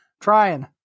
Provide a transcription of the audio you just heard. Trying